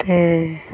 ते